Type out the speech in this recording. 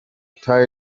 than